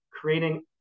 creating